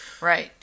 Right